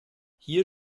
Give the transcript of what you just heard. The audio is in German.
hier